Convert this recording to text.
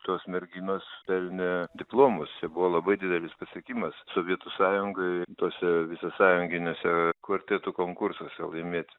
tos merginos pelnė diplomus čia buvo labai didelis pasiekimas sovietų sąjungoj tose visasąjunginiuose kvartetų konkursuose laimėti